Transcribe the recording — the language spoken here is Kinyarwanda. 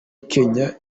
kenya